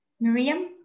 Miriam